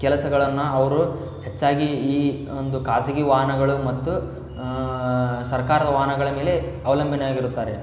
ಕೆಲಸಗಳನ್ನು ಅವರು ಹೆಚ್ಚಾಗಿ ಈ ಒಂದು ಖಾಸಗಿ ವಾಹನಗಳು ಮತ್ತು ಸರ್ಕಾರದ ವಾಹನಗಳ ಮೇಲೆ ಅವಲಂಬನೆ ಆಗಿರುತ್ತಾರೆ